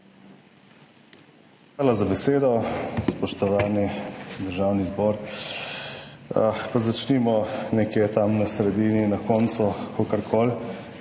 Hvala za besedo. Spoštovani Državni zbor! Pa začnimo nekje tam na sredini in na koncu, kakorkoli.